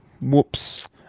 Whoops